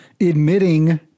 admitting